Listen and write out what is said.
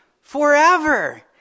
forever